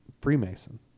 Freemason